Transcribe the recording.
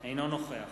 אינו נוכח